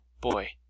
boy